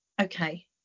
Okay